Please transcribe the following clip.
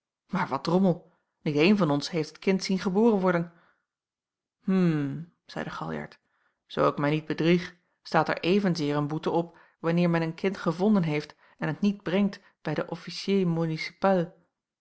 maar wat drommel niet een van ons heeft het kind zien geboren worden hm zeide galjart zoo ik mij niet bedrieg staat er evenzeer een boete op wanneer men een kind gevonden heeft en het niet brengt bij den